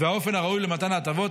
והאופן הראוי למתן ההטבות,